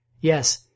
Yes